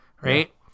right